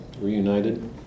reunited